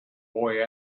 boy